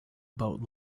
about